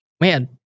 Man